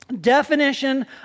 definition